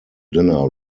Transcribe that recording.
dinner